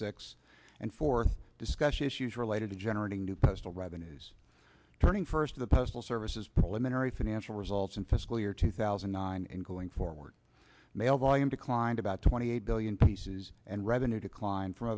six and for discussion issues related to generating new postal revenues turning first to the postal services preliminary financial results in fiscal year two thousand and nine and going forward mail volume declined about twenty eight billion pieces and revenue decline f